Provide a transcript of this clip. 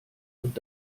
und